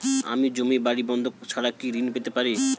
আমি জমি বাড়ি বন্ধক ছাড়া কি ঋণ পেতে পারি?